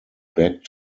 back